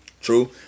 True